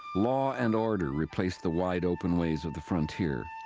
law and order replaced the wide open ways of the frontier.